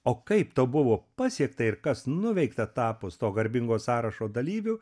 o kaip to buvo pasiekta ir kas nuveikta tapus to garbingo sąrašo dalyviu